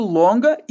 longa